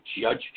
judge